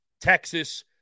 Texas